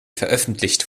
veröffentlicht